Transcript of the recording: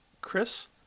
Chris